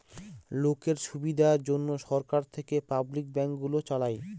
লোকের সুবিধার জন্যে সরকার থেকে পাবলিক ব্যাঙ্ক গুলো চালায়